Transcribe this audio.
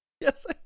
yes